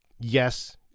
yes